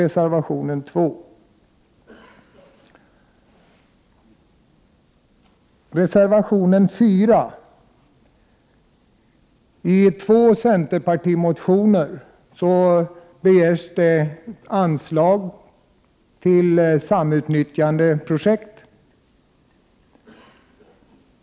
Reservationen 4 utgår från två centerpartimotioner, där det begärs anslag till samnnyttjandeprojekt.